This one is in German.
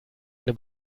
eine